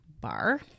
bar